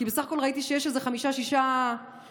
כי בסך הכול ראיתי שיש חמישה-שישה נואמים,